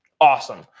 awesome